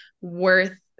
worth